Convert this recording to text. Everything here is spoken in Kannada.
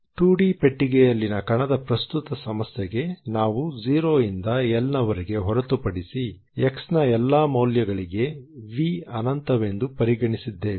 2D ಪೆಟ್ಟಿಗೆಯಲ್ಲಿನ ಕಣದ ಪ್ರಸ್ತುತ ಸಮಸ್ಯೆಗೆ ನಾವು 0 ಇಂದ L ನವರೆಗೆ ಹೊರತುಪಡಿಸಿ x ನ ಎಲ್ಲಾ ಮೌಲ್ಯಗಳಿಗೆ V ಅನಂತವೆಂದು ಪರಿಗಣಿಸಿದ್ದೇವೆ